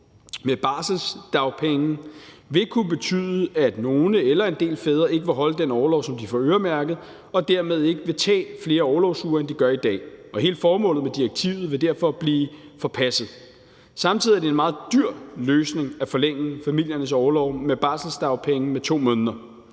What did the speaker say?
med barselsdagpenge vil kunne betyde, at nogle eller en del fædre ikke vil holde den orlov, som de får øremærket, og dermed ikke vil tage flere orlovsuger, end de gør i dag. Og hele formålet med direktivet vil derfor blive forpasset. Samtidig er det en meget dyr løsning at forlænge familiernes orlov med barselsdagpenge med 2 måneder.